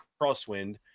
crosswind